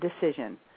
decision